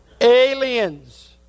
aliens